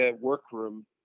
workroom